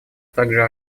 также